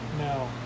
no